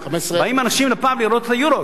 באים אנשים לפאב לראות את ה"יורו".